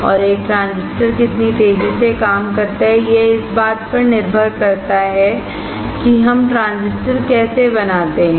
और एक ट्रांजिस्टर कितनी तेजी से काम करता है यह इस बात पर निर्भर करता है कि हम ट्रांजिस्टर कैसे बनाते हैं